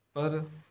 ਪਰ